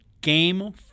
Game